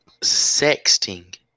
sexting